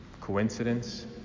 Coincidence